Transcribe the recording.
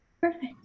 Perfect